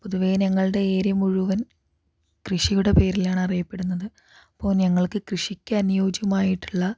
പൊതുവേ ഞങ്ങളുടെ ഏരിയ മുഴുവൻ കൃഷിയുടെ പേരിലാണ് അറിയപ്പെടുന്നത് അപ്പോൾ ഞങ്ങൾക്ക് കൃഷിക്ക് അനുയോജ്യമായിട്ടുള്ള